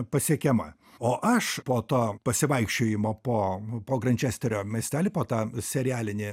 pasiekiama o aš po to pasivaikščiojimo po po grančesterio miestelį po tą serialinį